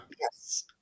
Yes